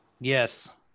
Yes